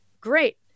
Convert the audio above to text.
Great